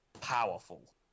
powerful